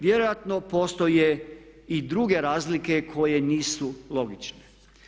Vjerojatno postoje i druge razlike koje nisu logične.